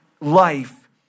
life